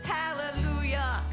hallelujah